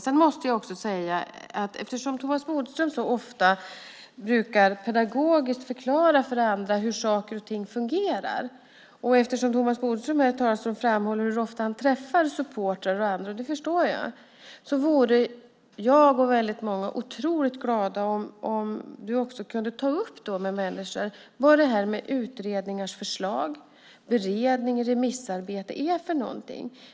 Sedan måste jag också säga att eftersom Thomas Bodström så ofta brukar förklara pedagogiskt för andra hur saker och ting fungerar, och eftersom Thomas Bodström här i talarstolen framhåller hur ofta han träffar supportrar och andra, det förstår jag, vore jag och väldigt många otroligt glada om du också kunde ta upp med människor vad utredningars förslag, beredning och remissarbete är för någonting.